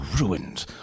ruined